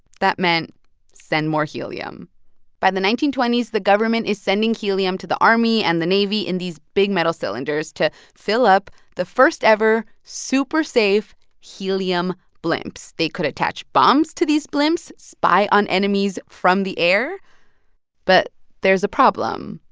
that meant send more helium by the nineteen twenty s, the government is sending helium to the army and the navy in these big metal cylinders to fill up the first-ever super-safe helium blimps. they could attach bombs to these blimps, spy on enemies enemies from the air but there's a problem.